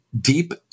deep